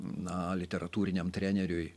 na literatūriniam treneriui